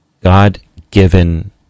God-given